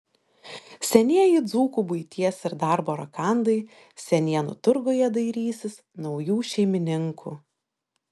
senieji dzūkų buities ir darbo rakandai senienų turguje dairysis naujų šeimininkų